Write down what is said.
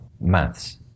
maths